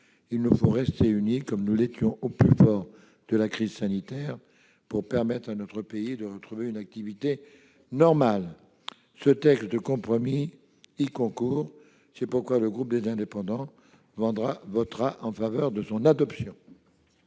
Il nous faut rester unis, comme nous l'étions au plus fort de la crise sanitaire, pour permettre à notre pays de retrouver une activité normale. Ce texte de compromis y concourt : c'est pourquoi le groupe Les Indépendants le votera. La parole est à M.